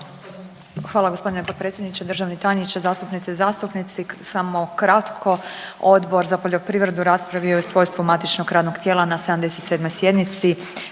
Hvala g. potpredsjedniče, državni tajniče, zastupnice i zastupnici. Samo kratko, Odbor za poljoprivredu raspravio je u svojstvu matičnog radnog tijela na 77. sjednici